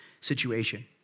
situation